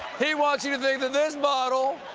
he wants you to think that this bottle,